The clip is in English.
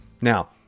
Now